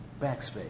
Backspace